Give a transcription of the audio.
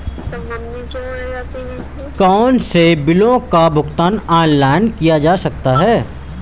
कौनसे बिलों का भुगतान ऑनलाइन किया जा सकता है?